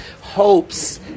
Hopes